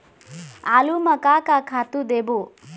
आलू म का का खातू देबो?